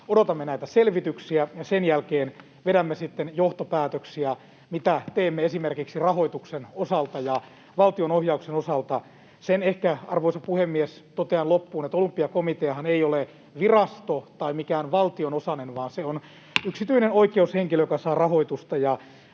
Odotamme näitä selvityksiä, ja sen jälkeen vedämme sitten johtopäätöksiä, mitä teemme esimerkiksi rahoituksen osalta ja valtionohjauksen osalta. Sen ehkä, arvoisa puhemies, totean loppuun, että Olympiakomiteahan ei ole virasto tai mikään valtion osanen, vaan se on yksityinen oikeushenkilö, joka saa rahoitusta